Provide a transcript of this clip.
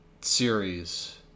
series